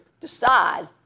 decide